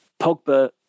Pogba